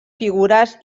figures